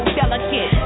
delicate